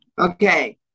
okay